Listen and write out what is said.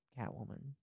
Catwoman